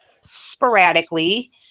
sporadically